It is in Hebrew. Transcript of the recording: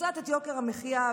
קצת את יוקר המחיה,